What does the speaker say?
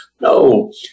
No